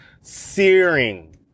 searing